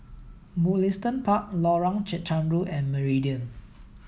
Mugliston Park Lorong Chencharu and Meridian